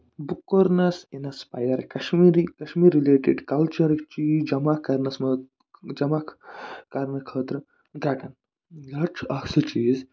بہٕ کوٚرنَس inspire Kashmir Kashmir related culture یُس چیٖز جَمع کَرنَس منٛز جمع کَرنہٕ خٲطرٕ گرٮٹہٕ گرٹہٕ حظ چھُ اَصٕل چیٖز